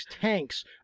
tanks